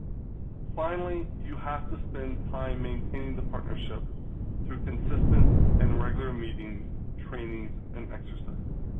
finally, you have to spend time maintaining the partnership through consistent and regular meetings, trainings, and exercises.